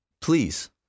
Please